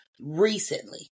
Recently